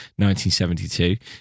1972